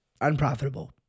unprofitable